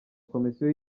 komisiyo